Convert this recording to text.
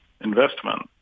investment